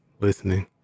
listening